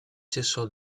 cessò